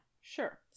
Sure